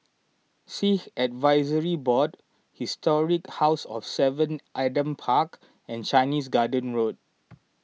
Sikh Advisory Board Historic House of Seven Adam Park and Chinese Garden Road